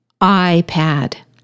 iPad